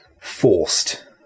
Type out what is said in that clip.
forced